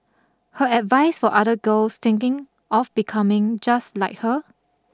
her advice for other girls thinking of becoming just like her